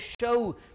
show